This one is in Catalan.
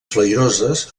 flairoses